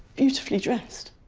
beautifully dressed.